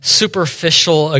superficial